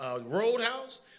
Roadhouse